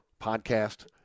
podcast